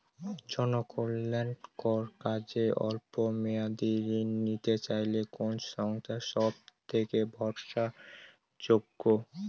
জনকল্যাণকর কাজে অল্প মেয়াদী ঋণ নিতে চাইলে কোন সংস্থা সবথেকে ভরসাযোগ্য?